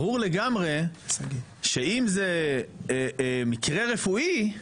ברור לגמרי שאם זה מקרה רפואי,